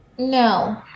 no